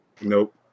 Nope